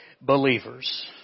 believers